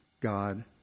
God